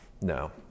No